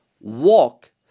walk